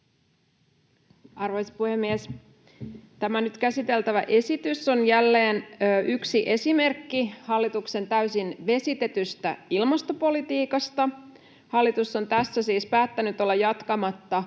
Arvoisa puhemies! Tämä nyt käsiteltävä esitys on jälleen yksi esimerkki hallituksen täysin vesitetystä ilmastopolitiikasta. Hallitus on tässä siis päättänyt olla jatkamatta